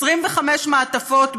25 מעטפות,